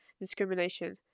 discrimination